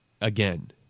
again